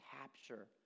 capture